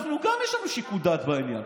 אנחנו, גם לנו יש שיקול דעת בעניין.